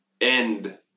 end